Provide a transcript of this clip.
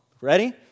Ready